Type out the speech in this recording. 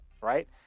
Right